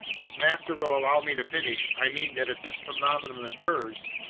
if master will allow me to finish, i mean that if this phenomenon occurs,